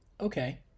Okay